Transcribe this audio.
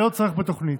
ללא צורך בתוכנית.